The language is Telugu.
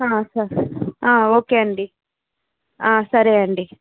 సరే ఓకే అండి సరే అండి